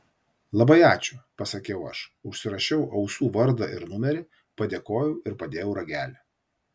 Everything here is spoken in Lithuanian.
labai ačiū pasakiau aš užsirašiau ausų vardą ir numerį padėkojau ir padėjau ragelį